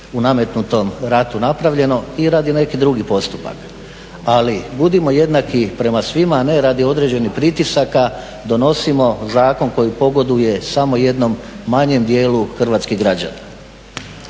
u nametnutom ratu napravljeno i … neki drugi postupka, ali budimo jednaki prema svima, ne radi određenih pritisaka, donosimo zakon koji pogoduje samo jednom manjem dijelu hrvatskih građana.